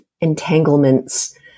entanglements